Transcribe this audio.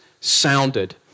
sounded